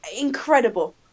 incredible